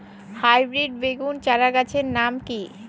Hybrid বেগুন চারাগাছের নাম কি?